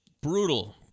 Brutal